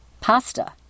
pasta